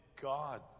God